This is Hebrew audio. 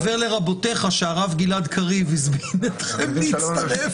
העבר לרבותיך שהרב גלעד קריב הזמין אתכם להצטרף.